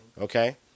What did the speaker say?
okay